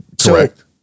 Correct